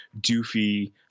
doofy